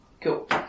Cool